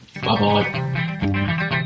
Bye-bye